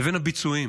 לבין הביצועים.